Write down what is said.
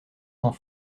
sans